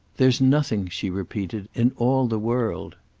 there's nothing, she repeated, in all the world.